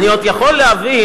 אני עוד יכול להבין,